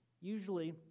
Usually